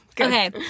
Okay